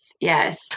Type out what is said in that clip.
yes